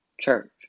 church